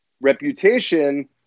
reputation